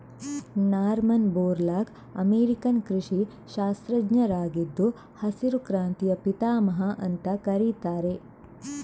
Norman Borlaug American ಕೃಷಿ ಶಾಸ್ತ್ರಜ್ಞರಾಗಿದ್ದು ಹಸಿರು ಕ್ರಾಂತಿಯ ಪಿತಾಮಹ ಅಂತ ಕರೀತಾರೆ